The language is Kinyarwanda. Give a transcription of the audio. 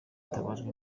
hitabajwe